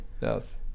Yes